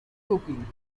cooking